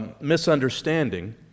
misunderstanding